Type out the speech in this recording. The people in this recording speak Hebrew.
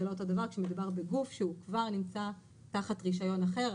זה לא אותו הדבר כאשר מדובר בגוף שהוא כבר נמצא תחת רישיון אחר.